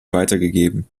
weitergegeben